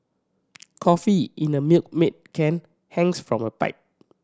coffee in a Milkmaid can hangs from a pipe